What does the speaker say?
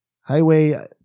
Highway